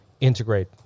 integrate